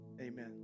amen